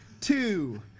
two